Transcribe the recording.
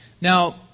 Now